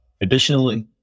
additionally